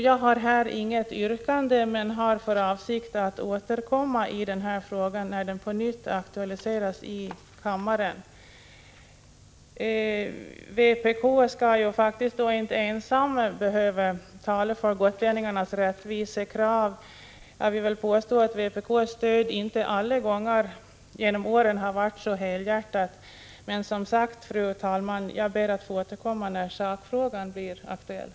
Jag har inget yrkande, men jag har för avsikt att återkomma i den här frågan när den på nytt aktualiseras i kammaren. Vpk skall faktiskt inte ensamma behöva tala för gotlänningarnas rättvisekrav. Jag vill påstå att vpk:s stöd inte alla gånger genom åren har varit så helhjärtat. Men, som sagt, fru talman, jag ber att få återkomma när sakfrågan blir aktuell.